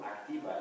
activa